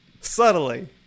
subtly